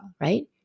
right